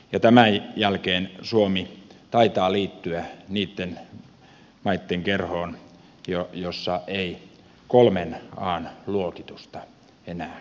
ja tämän jälkeen suomi taitaa liittyä niitten maitten kerhoon joissa ei kolmen an luokitusta enää ole